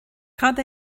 cad